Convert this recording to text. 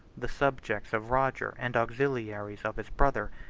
the subjects of roger, and auxiliaries of his brother,